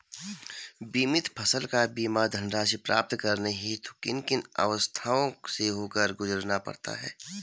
बीमित फसल का बीमा धनराशि प्राप्त करने हेतु किन किन अवस्थाओं से होकर गुजरना पड़ता है?